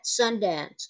Sundance